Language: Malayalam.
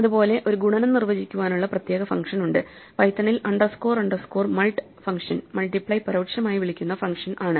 അതുപോലെ ഒരു ഗുണനം നിർവ്വചിക്കുവാനുള്ള പ്രത്യേക ഫങ്ഷൻ ഉണ്ട് പൈത്തണിൽ underscore underscore mult function multiply പരോക്ഷമായി വിളിക്കുന്ന ഫങ്ഷൻ ആണ്